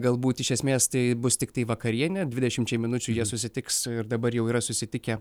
galbūt iš esmės tai bus tiktai vakarienė dvidešimčiai minučių jie susitiks ir dabar jau yra susitikę